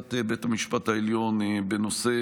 נשיאת בית המשפט העליון בנושא